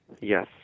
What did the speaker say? Yes